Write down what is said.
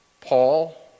Paul